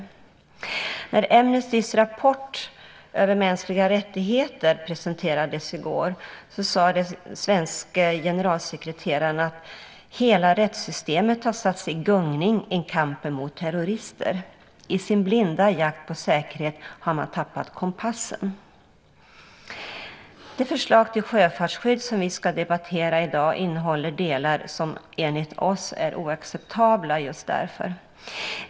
När Amnestys rapport om mänskliga rättigheter presenterades i går sade den svenske generalsekreteraren att hela rättssystemet har satts i gungning i kampen mot terrorister. I den blinda jakten på säkerhet har man tappat kompassen. Det förslag till sjöfartsskydd som vi ska debattera i dag innehåller delar som enligt oss är oacceptabla.